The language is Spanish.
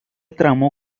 tramo